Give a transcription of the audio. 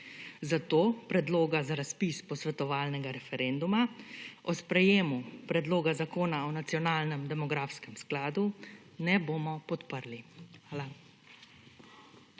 Zato predloga za razpis posvetovalnega referenduma o sprejemu predloga zakona o nacionalnem demografskem skladu ne bomo podprli. Hvala.